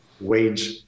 wage